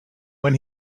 when